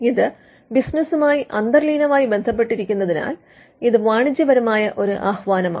ഇത് ബിസിനസുമായി അന്തർലീനമായി ബന്ധപ്പെട്ടിരിക്കുന്നതിനാൽ ഇത് വാണിജ്യപരമായ ഒരു ആഹ്വാനമാണ്